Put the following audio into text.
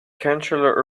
chancellor